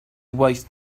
waste